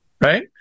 right